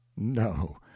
no